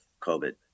COVID